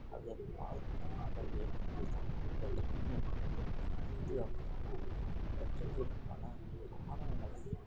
அதை பா அதிலிருந்து சமாளிப்பதற்கும் அனைத்துக்குமான பிரச்சினைகளுக்குமான காரணங்களை